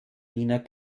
wiener